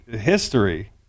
history